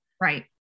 Right